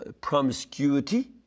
promiscuity